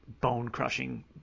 bone-crushing